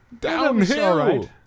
downhill